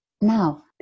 Now